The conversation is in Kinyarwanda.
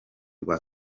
rwa